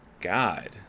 god